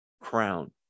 crown